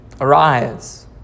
Arise